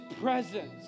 presence